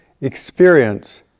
experience